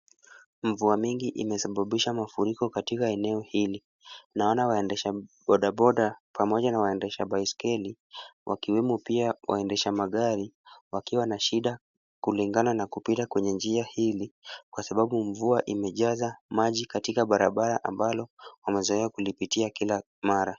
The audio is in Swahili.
Mvua mingi imesababisha mafuriko katika eneo hili. Naona waendesha bodaboda pamoja na waendesha baisikeli wakiwemo pia waendesha magari wakiwa na shida kulingana na kupita kwenye njia hili kwa sababu mvua imejaza maji katika barabara ambalo wamezoea kulipitia kila mara.